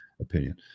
opinion